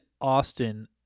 Austin